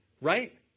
right